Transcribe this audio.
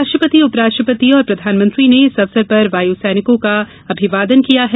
राष्ट्रपति उप राष्ट्रपति और प्रधान मंत्री ने इस अवसर पर वायू सैनिकों का अभिवादन किया है